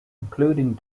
including